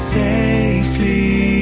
safely